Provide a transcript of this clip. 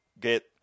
get